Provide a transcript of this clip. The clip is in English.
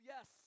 Yes